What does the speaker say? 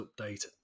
Update